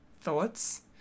thoughts